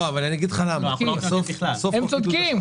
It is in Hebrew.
הם צודקים.